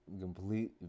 complete